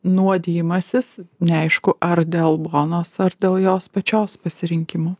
nuodijimasis neaišku ar dėl bonos ar dėl jos pačios pasirinkimų